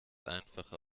einfache